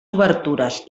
obertures